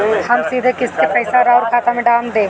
हम सीधे किस्त के पइसा राउर खाता में डाल देम?